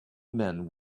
men